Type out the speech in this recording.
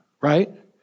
right